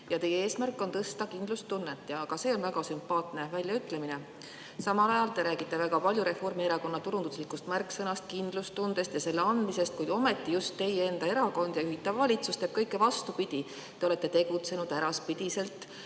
et teie eesmärk on tõsta kindlustunnet, mis ka on väga sümpaatne väljaütlemine. Samal ajal te räägite väga palju Reformierakonna turunduslikust märksõnast, kindlustundest ja selle andmisest, kuid ometi just teie enda erakond ja selle juhitav valitsus teevad kõike vastupidi. Te olete tegutsenud äraspidiselt,